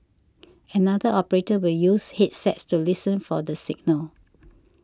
another operator will use headsets to listen for the signal